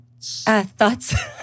Thoughts